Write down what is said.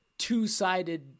two-sided